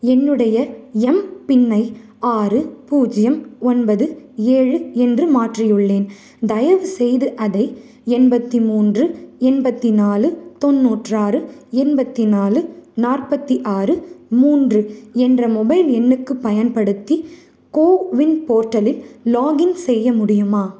என்னுடைய எம்பின்னை ஆறு பூஜ்ஜியம் ஒன்பது ஏழு என்று மாற்றியுள்ளேன் தயவுசெய்து அதை எண்பத்தி மூன்று எண்பத்தி நாலு தொண்ணூற்றாறு எண்பத்தி நாலு நாற்பத்தி ஆறு மூன்று என்ற மொபைல் எண்ணுக்கு பயன்படுத்தி கோவின் போரட்டலில் லாகின் செய்ய முடியுமா